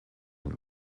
sind